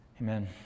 Amen